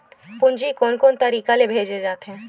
पूंजी कोन कोन तरीका ले भेजे जाथे?